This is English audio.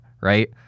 right